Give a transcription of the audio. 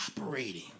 operating